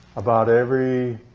about every